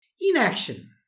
Inaction